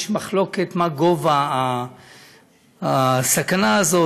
יש מחלוקת מה גודל הסכנה הזאת,